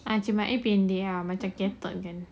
ah cik mai pendek ya macam ketot kan